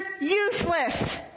useless